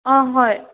অঁ হয়